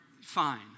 fine